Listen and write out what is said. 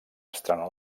estrenar